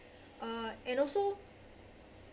uh and also